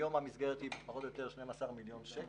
היום המסגרת היא כ-12 מיליון שקל.